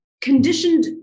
conditioned